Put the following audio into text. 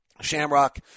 Shamrock